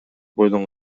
бойдон